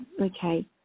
okay